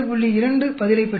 2 பதிலைப் பெறுவீர்கள்